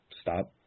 stop